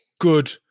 good